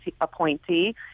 appointee